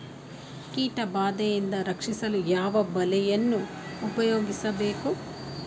ಕೀಟಬಾದೆಯಿಂದ ರಕ್ಷಿಸಲು ಯಾವ ಬಲೆಯನ್ನು ಉಪಯೋಗಿಸಬೇಕು?